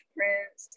Prince